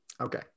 Okay